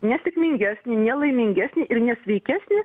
nesėkmingesnė nelaimingesnė ir nesveikesnė